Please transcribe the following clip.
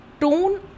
tone